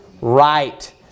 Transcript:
right